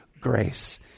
grace